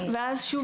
ואז שוב,